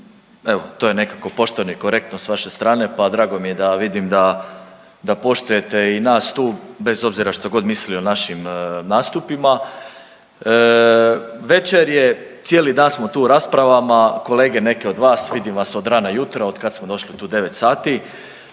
evo to je nekako pošteno i korektno s vaše strane pa drago mi je da vidim da, da poštujete i nas tu bez obzira što god mislili o našim nastupima. Večer je, cijeli dan smo tu u raspravama, kolege neke od vas vidim vas od rana jutra od kad smo došli tu 9 sati